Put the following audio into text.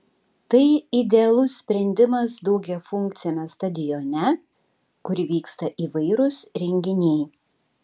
tai idealus sprendimas daugiafunkciame stadione kur vyksta įvairūs renginiai